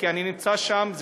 כי אני נמצא שם,